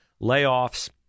layoffs